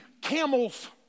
camels